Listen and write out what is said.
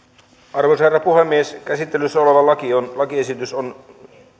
arvoisa herra puhemies käsittelyssä oleva lakiesitys